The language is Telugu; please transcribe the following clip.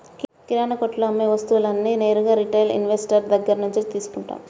కిరణాకొట్టులో అమ్మే వస్తువులన్నీ నేరుగా రిటైల్ ఇన్వెస్టర్ దగ్గర్నుంచే తీసుకుంటాం